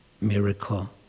miracle